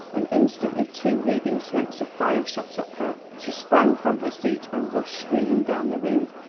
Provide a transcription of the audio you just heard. and instantly two wreathing snakes of fire shot up her. she sprang from her seat and rushed screaming down the room,